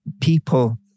people